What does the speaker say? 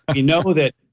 and you know that,